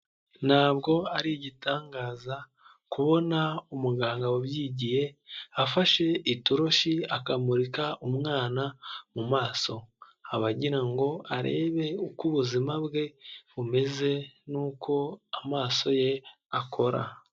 Ntabwo ari igitangaza kubona umuganga wabyigiye afashe itoroshi akamurika umwana mu maso, aba agira ngo arebe uko ubuzima bwe bumeze n'uko amaso ye akora.